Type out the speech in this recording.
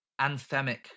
Anthemic